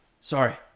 Sorry